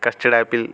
custard apple